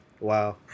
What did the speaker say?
Wow